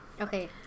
Okay